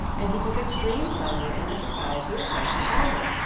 and he took extreme pleasure in the society of bessie alden,